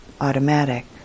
automatic